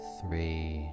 three